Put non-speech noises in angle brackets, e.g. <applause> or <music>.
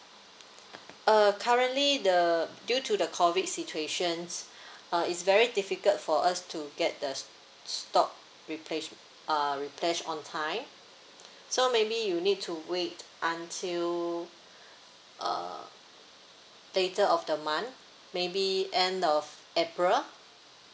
uh currently the due to the COVID situation <breath> uh it's very difficult for us to get the s~ stock replace~ uh replenish on time so maybe you need to wait until uh later of the month maybe end of april